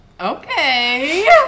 okay